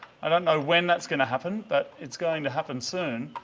i don't know when that's going to happen but it's going to happen soon.